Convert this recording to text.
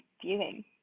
viewing